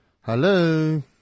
Hello